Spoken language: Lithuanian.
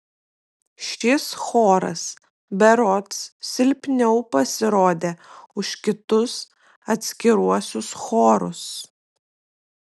šis choras berods silpniau pasirodė už kitus atskiruosius chorus